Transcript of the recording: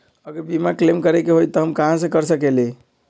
अगर बीमा क्लेम करे के होई त हम कहा कर सकेली?